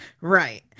Right